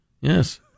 Yes